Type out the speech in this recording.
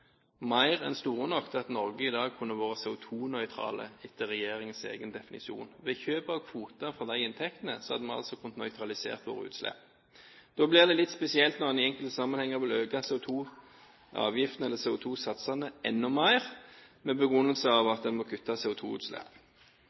mer enn store nok til at Norge i dag kunne vært CO2-nøytral etter regjeringens egen definisjon. Ved kjøp av kvoter for de inntektene hadde vi altså kunnet nøytralisere våre utslipp. Da blir det litt spesielt når en i enkelte sammenhenger vil øke CO2-avgiften eller CO2-satsene enda mer med den begrunnelsen at en må kutte